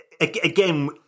again